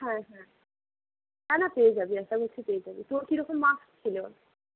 হ্যাঁ হ্যাঁ না না পেয়ে যাবি আশা করছি পেয়ে যাবি তোর কীরকম মার্কস ছিল